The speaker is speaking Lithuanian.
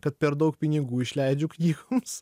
kad per daug pinigų išleidžiu knygoms